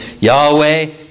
Yahweh